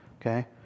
okay